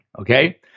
Okay